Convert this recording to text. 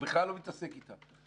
הוא בכלל לא מתעסק אתה.